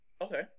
Okay